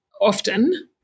often